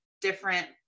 different